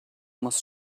muss